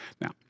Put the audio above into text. Now